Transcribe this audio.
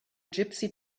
gypsy